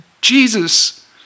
Jesus